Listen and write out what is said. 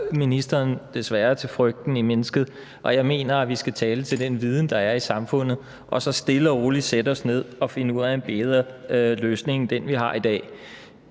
ministeren desværre til frygten i mennesket, men jeg mener, vi skal tale til den viden, der er i samfundet, og så stille og roligt sætte os ned og finde ud af en bedre løsning end den, vi har i dag.